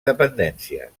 dependències